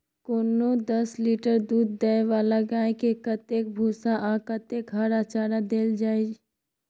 कोनो दस लीटर दूध दै वाला गाय के कतेक भूसा आ कतेक हरा चारा देल जाय?